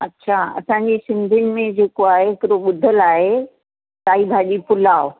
अच्छा असांजी सिंधियुनि में जेको आहे हिकिड़ो ॿुधल आहे साई भाॼी पुलाव